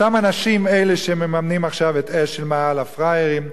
אותם אנשים שמממנים עכשיו את האש של מאהל הפראיירים.